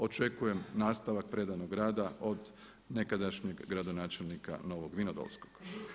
Očekujem nastavak predanog rada od nekadašnjeg gradonačelnika Novog Vinodolskog.